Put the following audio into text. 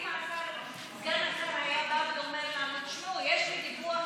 אם סגן השר היה בא ואומר לנו: יש לי דיווח